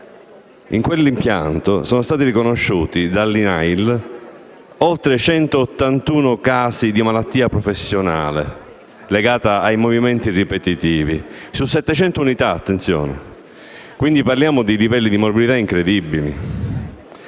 in quell'impianto sono stati riconosciuti dall'INAIL oltre 181 casi di malattia professionale legata ai movimenti ripetitivi su 700 unità lavorative. Quindi, parliamo di livelli di morbilità incredibili.